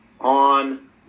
on